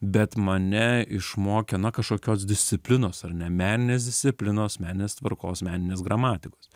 bet mane išmokė na kažkokios disciplinos ar ne meninės disciplinos meninės tvarkos meninės gramatikos